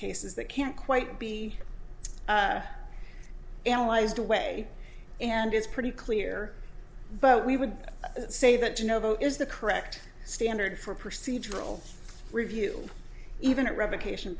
cases that can't quite be analyzed a way and it's pretty clear but we would say that you know is the correct standard for procedural review even a revocation